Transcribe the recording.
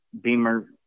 Beamer